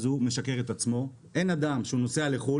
הוא משקר את עצמו שנוסע לחוץ